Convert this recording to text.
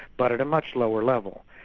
but at a much lower level.